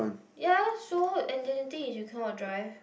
ya that's so and another thing is you cannot drive